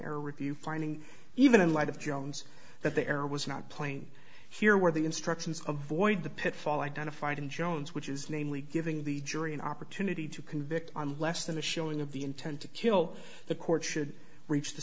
planar review finding even in light of jones that the error was not playing here where the instructions of void the pitfall identified in jones which is namely giving the jury an opportunity to convict on less than a showing of the intent to kill the court should reach the